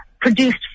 produced